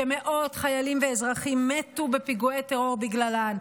שמאות חיילים ואזרחים מתו בפיגועי טרור בגללן,